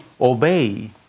obey